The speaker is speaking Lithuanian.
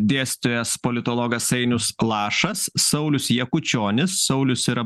dėstytojas politologas ainius lašas saulius jakučionis saulius yra